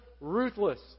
ruthless